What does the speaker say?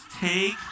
take